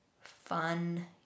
fun